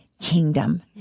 kingdom